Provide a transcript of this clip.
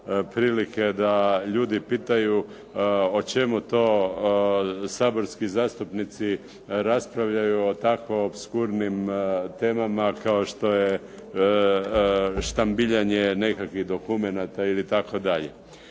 prilike da ljudi pitaju o čemu to saborski zastupnici raspravljaju o tako opskurnim temama kao što je štambiljanje nekakvih dokumenata ili tako dalje.